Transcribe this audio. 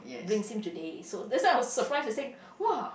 brings him today so that's why I was surprised to think !wah!